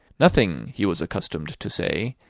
nothing, he was accustomed to say,